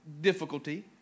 difficulty